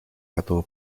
готово